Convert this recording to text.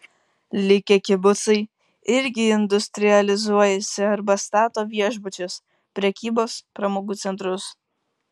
likę kibucai irgi industrializuojasi arba stato viešbučius prekybos pramogų centrus